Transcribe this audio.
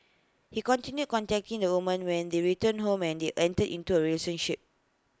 he continued contacting the woman when they returned home and they entered into A relationship